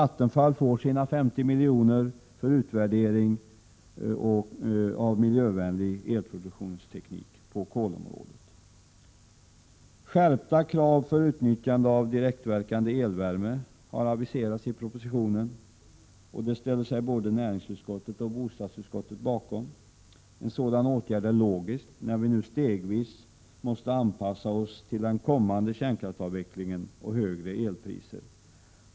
Vattenfall får emellertid sina 50 milj.kr. för utvärdering av miljövänlig elproduktionsteknik på kolområdet. Skärpta krav för utnyttjande av direktverkande elvärme har aviserats i propositionen. Detta ställer sig både näringsutskottet och bostadsutskottet bakom. En sådan åtgärd är logisk när vi nu stegvis måste anpassa oss till den kommande kärnkraftsavvecklingen och högre elpriser.